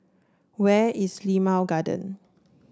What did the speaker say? where is Limau Garden